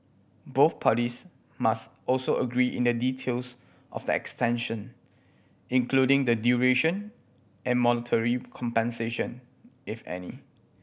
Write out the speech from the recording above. both parties must also agree in the details of the extension including the duration and monetary compensation if any